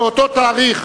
אסור לשכוח שבאותו תאריך,